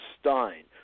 Stein